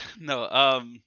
no